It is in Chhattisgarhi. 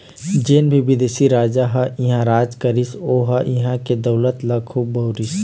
जेन भी बिदेशी राजा ह इहां राज करिस ओ ह इहां के दउलत ल खुब बउरिस